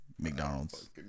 McDonald's